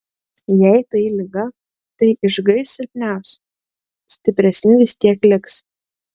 jei tai liga tai išgaiš silpniausi stipresni vis tiek liks